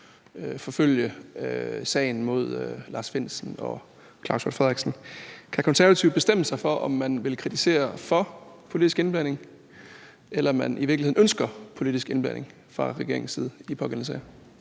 forfølge sagen mod Lars Findsen og Claus Hjort Frederiksen. Kan Konservative bestemme sig for, om man vil kritisere for politisk indblanding, eller om man i virkeligheden ønsker politisk indblanding fra regeringens side i de pågældende sager?